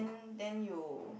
then you